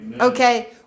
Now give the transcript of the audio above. Okay